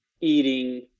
eating